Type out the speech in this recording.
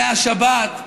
מהשבת,